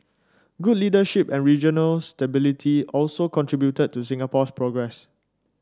good leadership and regional stability also contributed to Singapore's progress